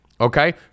Okay